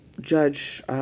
Judge